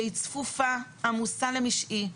שהיא צפופה ועמוסה למשעי,